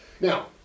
Now